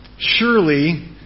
Surely